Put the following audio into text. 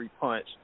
punch